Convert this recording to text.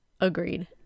agreed